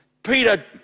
Peter